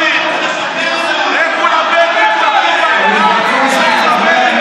לכו לבדואים,